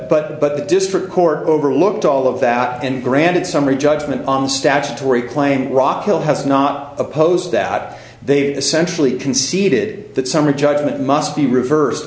but but the district court overlooked all of that and granted summary judgment on the statutory claim rockhill has not opposed that they essentially conceded that summary judgment must be reversed